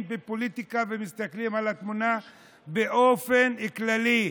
בפוליטיקה ומסתכלים על התמונה באופן כללי.